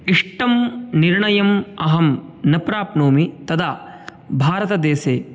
इष्टं निर्णयम् अहं न प्राप्नोमि तदा भारतदेशे